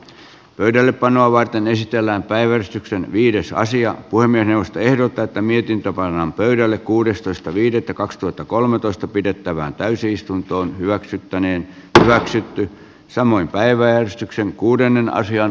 pöydällepanoa varten esitellään päivystyksen viidessä asiaa voimme tehdä tätä mietintö pannaan pöydälle kuudestoista viidettä kaksituhattakolmetoista pidettävään täysistunto hyväksyttäneen tärväsitty samoin päiväystyksen kuudennen sijan